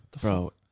Bro